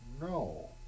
no